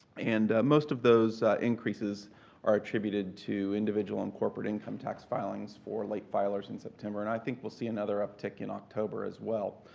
and most of those increases are attributed to individual and corporate income tax filings for late filers in september. and i think we'll see another uptick in october as well.